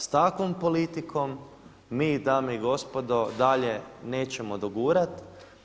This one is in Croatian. S takvom politikom mi dame i gospodo dalje nećemo dogurati.